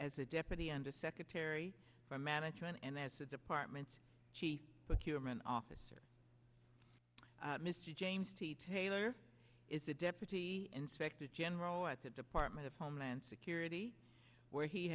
as a deputy undersecretary for management and as the department's chief acumen officer mr james t taylor is a deputy inspector general at the department of homeland security where he